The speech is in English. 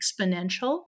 exponential